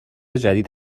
جدید